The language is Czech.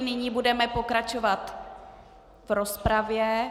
Nyní budeme pokračovat v rozpravě.